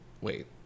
Wait